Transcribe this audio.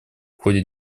ходе